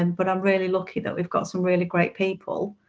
and but i'm really lucky that we've got some really great people.